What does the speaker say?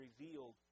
revealed